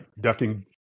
ducking